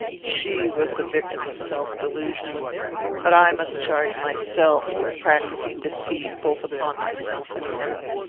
she was the victim of self-delusion but i must charge myself with practising deceit both upon myself and her.